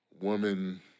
Woman